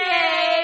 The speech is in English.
Yay